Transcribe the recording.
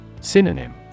Synonym